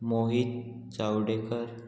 Mohit Chavdekar